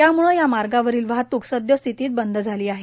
त्याम्ळं या मार्गावरील वाहतुक सद्यस्थितीत बंद झाली आहे